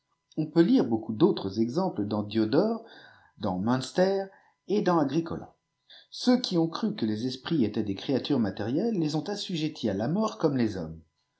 on peut lire beaucoup d'autres cxeujplcs dans biodorcj dans munster et dans agricola cùiix qui ont ctii nié ïes esprits étaient des créatures niatérielléè les ont assnjcftjs a ta niort comme les hommes